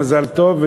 מזל טוב,